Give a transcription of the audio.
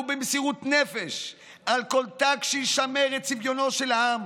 במסירות נפש על כל תג שישמר את צביונו של העם.